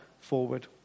forward